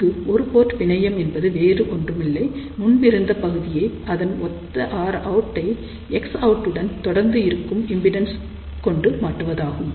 இங்கு ஒரு போர்ட் பிணையம் என்பது வேறெதுவுமில்லை முன்பிருந்த பகுதியை அதன் ஒத்த Rout ஐ Xout உடன் தொடர்ந்து இருக்கும் இம்பெடன்ஸ் கொண்டு மாற்றுவதாகும்